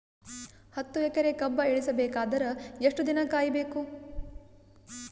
ಹತ್ತು ಎಕರೆ ಕಬ್ಬ ಇಳಿಸ ಬೇಕಾದರ ಎಷ್ಟು ದಿನ ಕಾಯಿ ಬೇಕು?